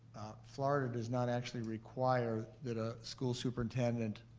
florida does not actually require that a school superintendent